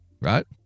right